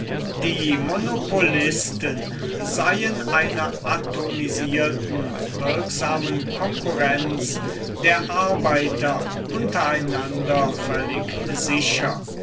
die monopolisten seien einer atomisierten wirksamen konkurrenz der arbeiter untereinander völlig sicher